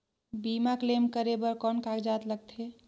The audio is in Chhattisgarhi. बीमा क्लेम करे बर कौन कागजात लगथे?